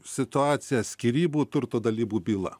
situacija skyrybų turto dalybų byla